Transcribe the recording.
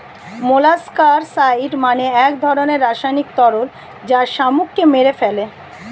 molluscicide মানে এক ধরনের রাসায়নিক তরল যা শামুককে মেরে ফেলে